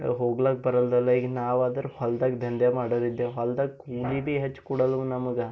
ಹೋಗ್ಲಕ್ಕೆ ಬರೋಲ್ದಲ್ಲ ಈಗ ನಾವಾದ್ರೂ ಹೊಲ್ದಾಗೆ ದಂಧೆ ಮಾಡೋರಿದ್ದೇವೆ ಹೊಲ್ದಾಗೆ ಕೂಲಿ ಭೀ ಹೆಚ್ಕೊಡಲ್ಲವ ನಮಗೆ